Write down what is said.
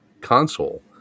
console